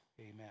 Amen